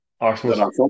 Arsenal